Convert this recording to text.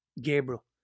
Gabriel